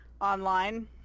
online